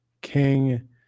King